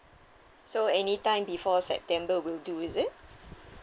so anytime before september will do is it